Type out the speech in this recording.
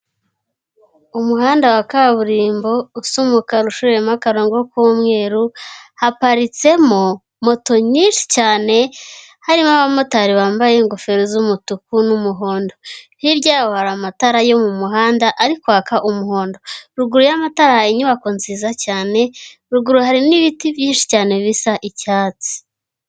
Umuhanda wa kaburimbo usa umukara, ushoyemo akarongo k'umweru haparitsemo moto nyinshi cyane, harimo abamotari bambaye ingofero z'umutuku n'umuhondo. Hirya hari amatara yo mu muhanda ari kwaka umuhondo, ruguru y'amatara hari inyubako nziza cyane ruguru hari n'ibiti byinshi cyane bisa icyatsi.